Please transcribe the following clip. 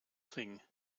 thing